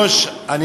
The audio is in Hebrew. שלוש הדקות שלי.